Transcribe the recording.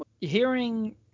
Hearing